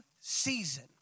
season